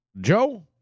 Joe